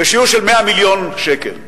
בשיעור של 100 מיליון שקל.